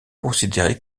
considérée